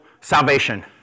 salvation